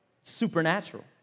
Supernatural